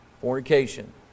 Fornication